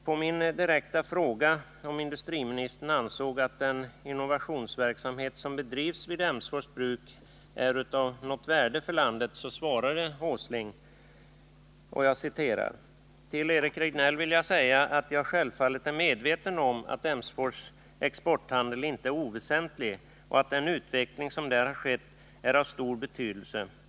På min direkta fråga om industriministern ansåg att den innovationsverksamhet som bedrivs vid Emsfors bruk är av något värde för landet svarade Åsling: ”Till Eric Rejdnell vill jag säga att jag självfallet är medveten om att Emsfors exportandel inte är oväsentlig och att den utveckling som där har skett är av stor betydelse.